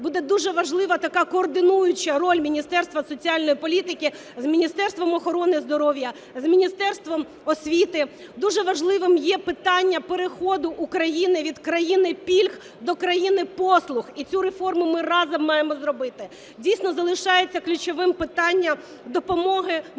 буде дуже важлива така координуюча роль Міністерства соціальної політики з Міністерством охорони здоров'я, з Міністерством освіти. Дуже важливим є питання переходу України від країни пільг до країни послуг, і цю реформу ми разом маємо зробити. Дійсно залишається ключовим питання допомоги нашим